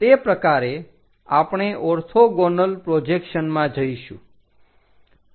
તે પ્રકારે આપણે ઓર્થોગોનલ પ્રોજેક્શનમાં જઈશું